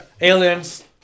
aliens